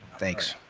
thanks.